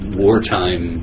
wartime